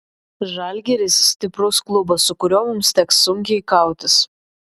žalgiris stiprus klubas su kuriuo mums teks sunkiai kautis